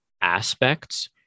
aspects